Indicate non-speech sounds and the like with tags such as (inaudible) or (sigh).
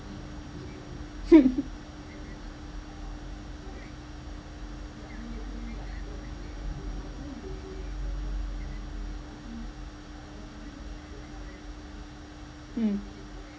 (laughs) mm